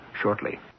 shortly